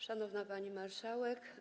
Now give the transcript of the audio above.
Szanowna Pani Marszałek!